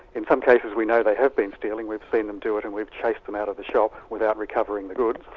in some cases we know they have been stealing, we've seen them do it and we've chased them out of the shop without recovering the goods,